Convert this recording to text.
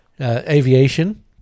Aviation